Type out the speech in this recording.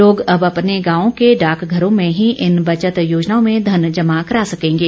लोग अब अपने गांव के डाकघरों में ही इन बचत योजनाओं में धन जमा करा सकेंगे